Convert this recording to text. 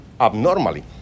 abnormally